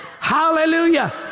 hallelujah